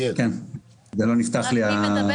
מי מדבר?